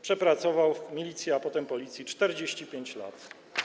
Przepracował w Milicji, a potem Policji 45 lat.